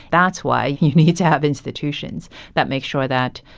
that's why you need to have institutions that make sure that